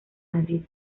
madrid